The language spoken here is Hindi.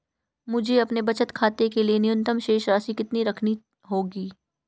मुझे अपने बचत खाते के लिए न्यूनतम शेष राशि कितनी रखनी होगी?